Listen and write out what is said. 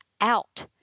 out